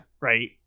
Right